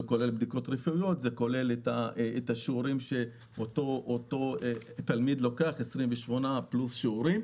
בדיקות רפואיות ושיעורים שאותו תלמיד לוקח 28 + שיעורים,